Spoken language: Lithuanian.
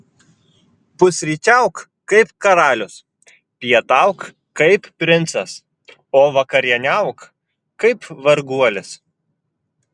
pusryčiauk kaip karalius pietauk kaip princas o vakarieniauk kaip varguolis